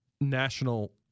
national